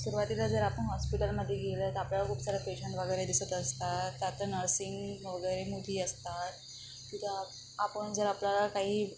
सुरुवातीला जर आपण हॉस्पिटलमध्ये गेलं तर आपल्याला खूप सारे पेशंट वगैरे दिसत असतात त्यात नर्सिंग वगैरे मोठी असतात तिथं आपण जर आपल्याला काही